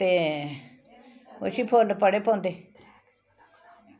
ते उसी फुल्ल बड़े पौंदे